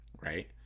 right